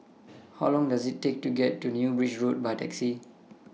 How Long Does IT Take to get to New Bridge Road By Taxi